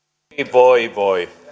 voi voi voi